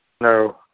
No